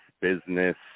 business